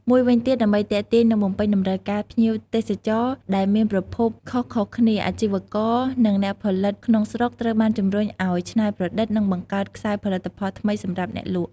មួយវិញទៀត ដើម្បីទាក់ទាញ និងបំពេញតម្រូវការភ្ញៀវទេសចរដែលមានប្រភពខុសៗគ្នា អាជីវករ និងអ្នកផលិតក្នុងស្រុកត្រូវបានជំរុញឱ្យច្នៃប្រឌិត និងបង្កើតខ្សែផលិតផលថ្មីសម្រាប់អ្នកលក់។